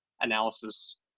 analysis